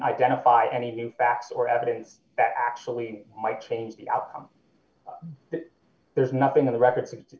identify any new facts or evidence that actually might change the outcome there's nothing in the record